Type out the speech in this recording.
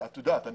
שוב,